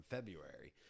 February